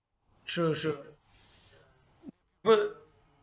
true true well